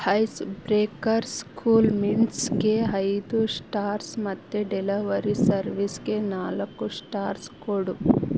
ice Breakers Cool ಮಿಂಟ್ಸ್ಗೆ ಐದು stars ಮತ್ತು ಡೆಲವರಿ ಸರ್ವಿಸ್ಗೆ ನಾಲ್ಕು ಶ್ಟಾರ್ಸ್ ಕೊಡು